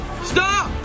Stop